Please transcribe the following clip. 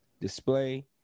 Display